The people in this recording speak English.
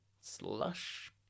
Slush